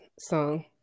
song